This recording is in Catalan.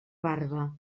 barba